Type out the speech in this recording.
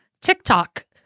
TikTok